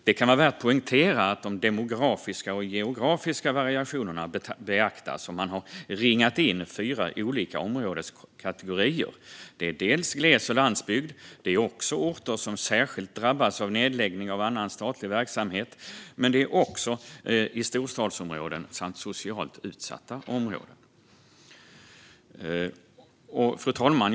Det kan vara värt att poängtera att de demografiska och geografiska variationerna beaktas, och man har ringat in fyra olika områdeskategorier: gles och landsbygd, orter som särskilt drabbats av nedläggning av annan statlig verksamhet, storstadsområden och socialt utsatta områden. Fru talman!